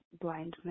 blindness